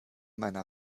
meiner